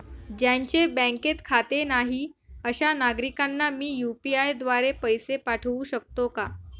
ज्यांचे बँकेत खाते नाही अशा नागरीकांना मी यू.पी.आय द्वारे पैसे पाठवू शकतो का?